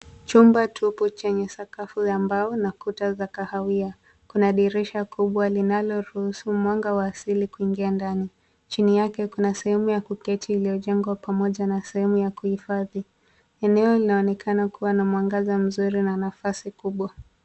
Chumba tupu chenye sakafu ya mbao na kuta za kahawia. Kuna dirisha kubwa linaloruhusu mwanga wa asili kuingia ndani. Chini yake kuna sehemu ya kuketi iliyojengwa pamoja na sehemu ya kuhifadhi. Eneo linaonekana kuwa na mwangaza mzuri na nafasi kubwa.